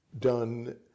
done